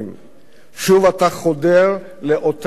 שוב אתה חודר לאותם כיסים.